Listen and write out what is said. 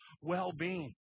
well-being